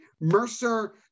Mercer